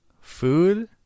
food